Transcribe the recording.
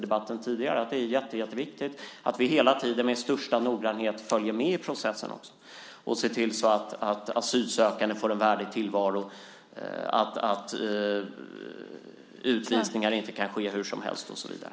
Det är viktigt att vi hela tiden med största noggrannhet följer med i processen så att asylsökande får en värdig tillvaro, att utvisningar inte kan ske hur som helst och så vidare.